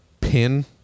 pin